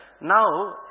Now